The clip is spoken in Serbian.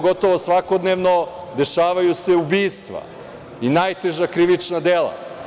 Gotovo svakodnevno dešavaju se ubistva i najteža krivična dela.